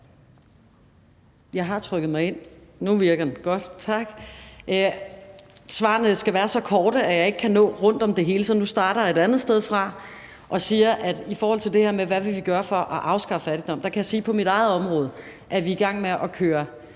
Jeg har trykket mig ind. Nu virker mikrofonen. Godt. Tak. Svarene skal være så korte, at jeg ikke kan nå rundt om det hele, så nu starter jeg et andet sted fra og siger noget i forhold til det her med, hvad vi vil gøre for at afskaffe fattigdom. Der kan jeg sige, at på mit eget område er vi i gang med at køre